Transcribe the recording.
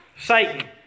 Satan